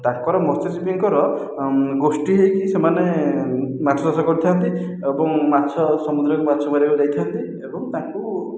ତାଙ୍କର ମତ୍ସ୍ୟଜୀବୀଙ୍କର ଗୋଷ୍ଠୀ ହୋଇକି ସେମାନେ ମାଛ ଚାଷ କରିଥାନ୍ତି ଏବଂ ମାଛ ସମୁଦ୍ରକୁ ମାଛ ମାରିବାକୁ ଯାଇଥାନ୍ତି ଏବଂ ତାଙ୍କୁ